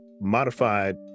modified